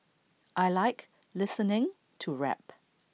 I Like listening to rap